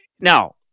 Now